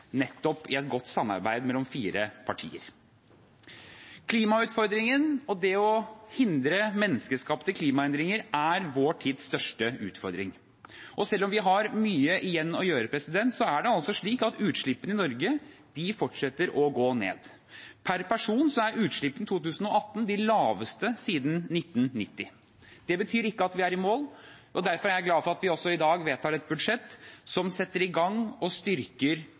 nettopp i et godt samarbeid mellom fire partier. Klimautfordringen og det å hindre menneskeskapte klimaendringer er vår tids største utfordring. Selv om vi har mye igjen å gjøre, er det slik at utslippene i Norge fortsetter å gå ned. Per person er utslippene i 2018 de laveste siden 1990. Det betyr ikke at vi er i mål, og derfor er jeg glad for at vi også i dag vedtar et budsjett som setter i gang og styrker